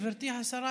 גברתי השרה,